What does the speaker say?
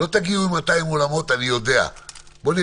אני יודע שלא תגיעו ל-200 אולמות.